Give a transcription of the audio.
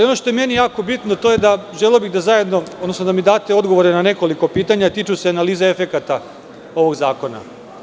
Ono što je meni jako bitno, želeo bih da mi date odgovore na nekoliko pitanja, a tiču se analize efekata ovog zakona.